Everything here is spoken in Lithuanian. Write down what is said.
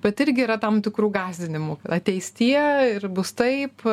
bet irgi yra tam tikrų gąsdinimų ateis tie ir bus taip